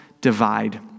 divide